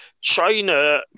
China